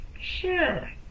sure